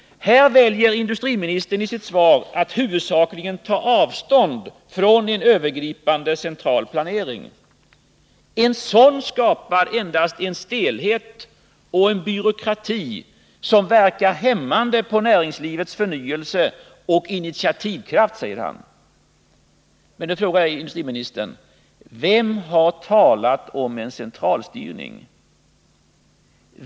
Här väljer industriministern i sitt svar att huvudsakligen ta avstånd från en övergripande central planering. En sådan skapar endast en stelhet och en byråkrati som verkar hämmande på näringslivets förnyelse och initiativkraft, säger han. Men då frågar jag industriministern: Vem har talat om en centralstyrning?